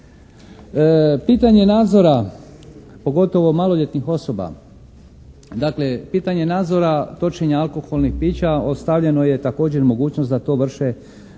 Pitanje nadzora pogotovo maloljetnih osoba. Dakle, pitanje nadzora točenja alkoholnih pića ostavljeno je također mogućnost da to vrše, da